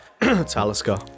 Talisker